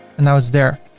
and now it's there.